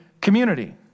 community